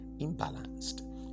imbalanced